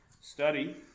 study